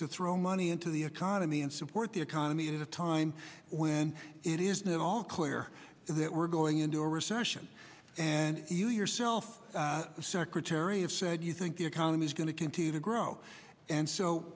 to throw money into the economy and support the economy at a time when it is not at all clear that we're going into a recession and you yourself the secretary of said you think the economy is going to continue to grow and so